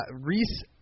Reese